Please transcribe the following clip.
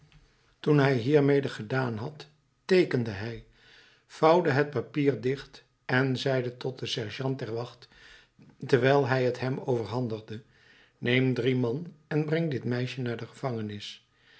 toen hij hiermee gedaan had teekende hij vouwde het papier dicht en zeide tot den sergeant der wacht terwijl hij t hem overhandigde neem drie man en breng dit meisje naar de gevangenis